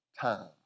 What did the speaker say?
time